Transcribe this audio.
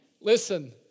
Listen